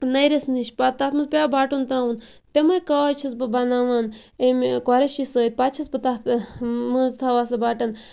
نٔرِس نِش پَتہٕ تتھ مَنٛز پیٚوان بۄٹُن تراوُن تِمے کاج چھَس بہٕ بَناوان امہِ قۄریشی سۭتۍ پَتہٕ چھَس بہٕ تَتھ منٛز تھاوان سُہ بَٹَن